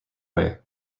way